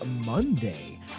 Monday